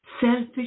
Selfish